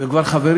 והם כבר חברים,